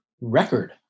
record